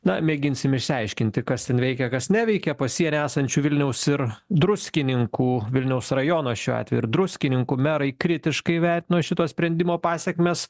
na mėginsim išsiaiškinti kas ten veikia kas neveikia pasieny esančių vilniaus ir druskininkų vilniaus rajono šiuo atveju ir druskininkų merai kritiškai vertino šito sprendimo pasekmes